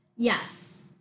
Yes